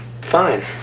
Fine